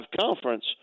conference